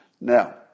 Now